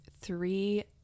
three